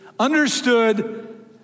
understood